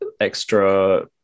extra